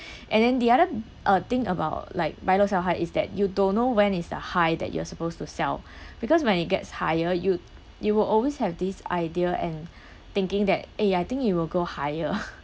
and then the other uh thing about like buy low sell high is that you don't know when is the high that you are supposed to sell because when it gets higher you you will always have this idea and thinking that eh I think it will go higher